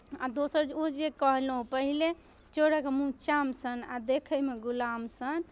आ दोसर जे ओ जे कहलहुँ पहिले चोरक मूँह चान सन आ देखयमे गुलाम सन